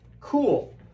Cool